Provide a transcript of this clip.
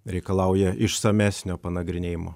reikalauja išsamesnio nagrinėjimo